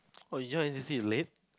oh you join your C_C_A late